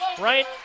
right